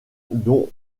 dont